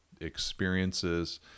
experiences